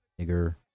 nigger